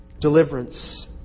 Deliverance